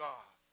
God